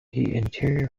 interior